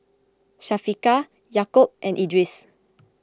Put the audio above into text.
Syafiqah Yaakob and Idris